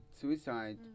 suicide